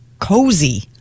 cozy